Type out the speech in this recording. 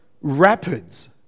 rapids